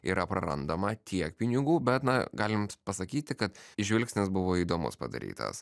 yra prarandama tiek pinigų bet na galim pasakyti kad žvilgsnis buvo įdomus padarytas